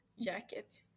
jacket